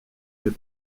mais